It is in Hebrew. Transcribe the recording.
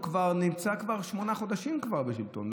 הוא נמצא כבר שמונה חודשים בשלטון,